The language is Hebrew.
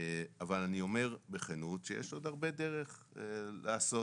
אבל אני אומר בכנות שיש עוד הרבה דרך לעשות